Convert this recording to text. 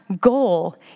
goal